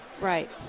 right